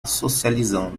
socializando